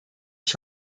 ich